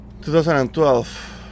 2012